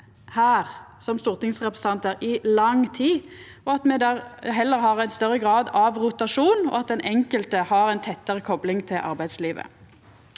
som stortingsrepresentantar i lang tid, at me heller har ein større grad av rotasjon, og at den enkelte har ei tettare kopling til arbeidslivet.